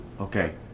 okay